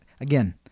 again